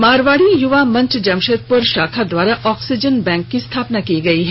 मारवाड़ी यूवा मंच जमशेदप्र शाखा द्वारा oxygen bank की स्थापना की गई है